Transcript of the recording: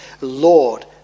Lord